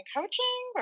Coaching